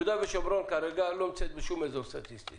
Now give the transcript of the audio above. יהודה ושומרון כרגע לא נמצאת בשום אזור סטטיסטי.